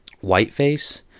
Whiteface